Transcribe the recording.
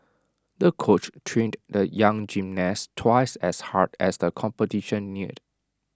the coach trained the young gymnast twice as hard as the competition neared